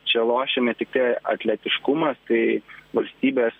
čia lošia ne tiktai atletiškumas tai valstybės